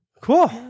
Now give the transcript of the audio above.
Cool